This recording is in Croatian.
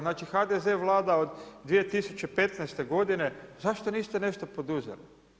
Znači HDZ vlada od 2015. godine, zašto niste nešto poduzeli?